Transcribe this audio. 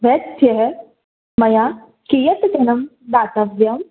वैद्यः मया कियत् धनं दातव्यं